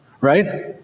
right